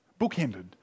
bookended